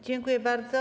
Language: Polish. Dziękuję bardzo.